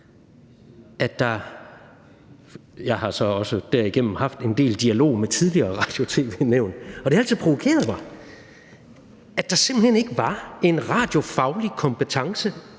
radio, og jeg har så også derigennem haft en del dialog med tidligere radio- og tv-nævn. Og det har altid provokeret mig, at der simpelt hen ikke var en radiofaglig kompetence